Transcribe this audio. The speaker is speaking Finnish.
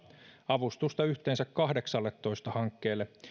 avustusta yhteensä kahdeksalletoista hankkeelle